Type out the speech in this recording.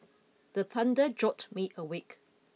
the thunder jolt me awake